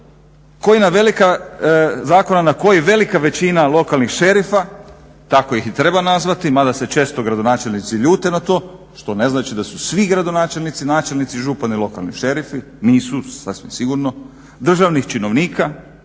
koji velika većina lokalnih šerifa, tako ih i treba nazvati mada se često gradonačelnici ljute na to što ne znači da su svi gradonačelnici, načelnici, župani lokalni šerifi, nisu sasvim sigurno. Državnih činovnika